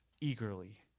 eagerly